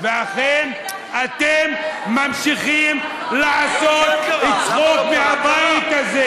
אכן, אתם ממשיכים לעשות צחוק מהבית הזה.